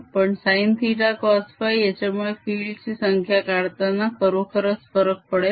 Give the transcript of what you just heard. पण sin θ cos φ याच्यामुळे field ची संख्या काढताना खरोखरच फरक पडेल